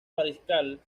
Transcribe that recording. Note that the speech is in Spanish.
mariscal